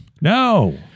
No